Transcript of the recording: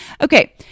Okay